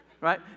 Right